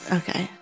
okay